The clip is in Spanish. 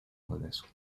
jueves